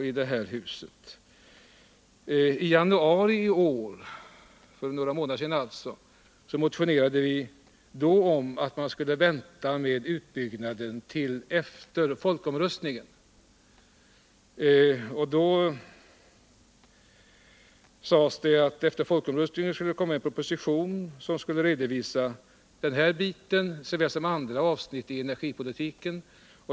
I januari i år, alltså för några månader sedan, motionerade vi om att man skulle vänta med utbyggnaden till tiden efter folkomröstningen. Efter folkomröstningen skulle det komma en proposition, där regeringen skulle redovisa den här biten såväl som andra avsnitt av energipolitiken.